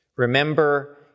Remember